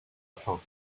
fin